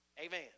Amen